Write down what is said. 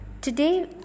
Today